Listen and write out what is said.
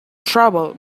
travel